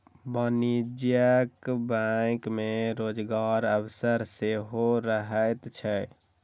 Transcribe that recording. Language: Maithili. वाणिज्यिक बैंक मे रोजगारक अवसर सेहो रहैत छै